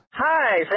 Hi